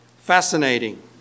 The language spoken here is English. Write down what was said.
fascinating